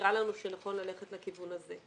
ונראה לנו שנכון ללכת לכיוון הזה.